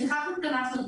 לפיכך התכנסנו,